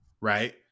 Right